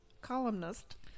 Columnist